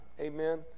Amen